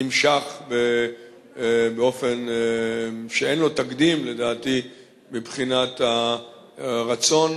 נמשך באופן שאין לו תקדים לדעתי מבחינת הרצון